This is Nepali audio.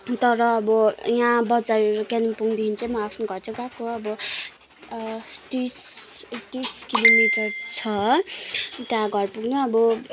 तर अब यहाँ बजारहरू कालिम्पोङदेखि चाहिँ आफ्नो घर चाहिँ गएको अब तिस एकतिस किलोमिटर छ त्यहाँ घर पुग्नु अब